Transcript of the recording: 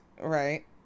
right